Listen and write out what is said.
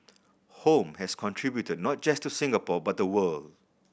home has contributed not just to Singapore but the world